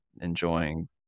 enjoying